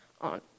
on